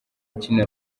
ukinira